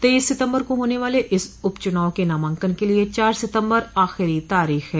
तेईस सितम्बर को होने वाले इस उपचुनाव के नामांकन के लिये चार सितम्बर आखिरी तारीख है